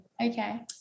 okay